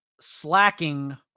slacking